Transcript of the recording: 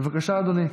בבקשה, אדוני.